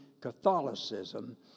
Catholicism